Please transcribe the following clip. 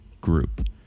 group